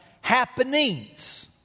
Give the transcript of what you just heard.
happenings